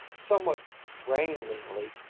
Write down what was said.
somewhat wranglingly,